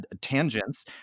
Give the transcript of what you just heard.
tangents